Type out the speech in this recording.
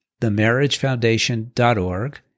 themarriagefoundation.org